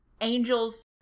angels